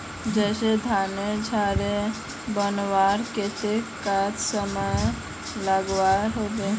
जैसे धानेर झार बनवार केते कतेक समय लागोहो होबे?